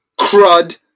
crud